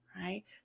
right